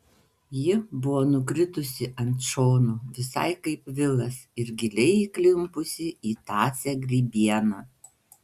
ji buvo nukritusi ant šono visai kaip vilas ir giliai įklimpusi į tąsią grybieną